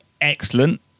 Excellent